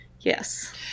yes